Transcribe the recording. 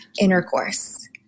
intercourse